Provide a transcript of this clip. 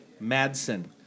Madsen